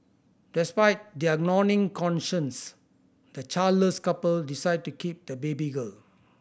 despite their gnawing conscience the childless couple decide to keep the baby girl